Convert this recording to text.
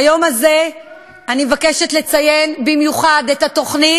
ביום הזה אני מבקשת לציין את התוכנית